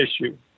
issue